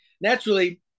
Naturally